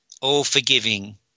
all-forgiving